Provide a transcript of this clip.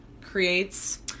creates